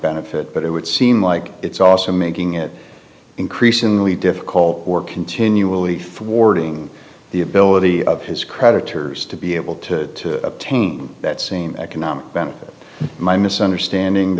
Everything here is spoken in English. benefit but it would seem like it's also making it increasingly difficult for continually for warding the ability of his creditors to be able to obtain that same economic benefit my misunderstanding